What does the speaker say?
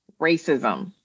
racism